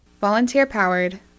Volunteer-powered